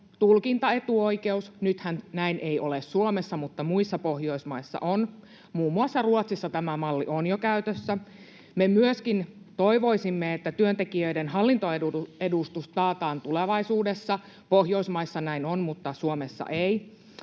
tulkintaetuoikeus. Nythän näin ei ole Suomessa, mutta muissa Pohjoismaissa on. Muun muassa Ruotsissa tämä malli on jo käytössä. Me myöskin toivoisimme, että työntekijöiden hallintoedustus taataan tulevaisuudessa. Pohjoismaissa näin on, mutta Suomessa ei.